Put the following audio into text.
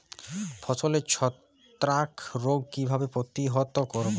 ফসলের ছত্রাক রোগ কিভাবে প্রতিহত করব?